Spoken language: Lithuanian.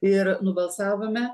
ir nubalsavome